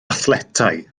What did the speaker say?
athletau